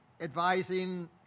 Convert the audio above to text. advising